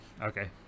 Okay